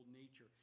nature